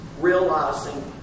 Realizing